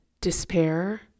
despair